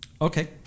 Okay